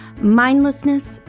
Mindlessness